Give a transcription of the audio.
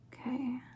Okay